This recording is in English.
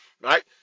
right